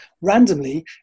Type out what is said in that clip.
randomly